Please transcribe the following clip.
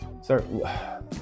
Sir